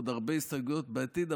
ועוד הרבה הסתייגויות בעתיד,